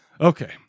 Okay